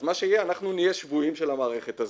אז מה שיהיה, אנחנו נהיה שבויים של המערכת הזו,